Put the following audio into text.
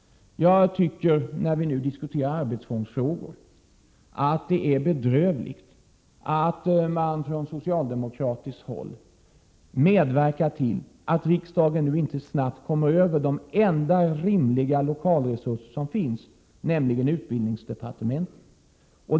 När vi nu diskuterar arbetsformsfrågor är det bedrövligt att socialdemokraterna medverkar till att riksdagen inte snabbt kommer över de enda rimliga lokaler som står till buds, nämligen utbildningsdepartementet.